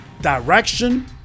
direction